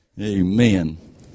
Amen